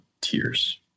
tears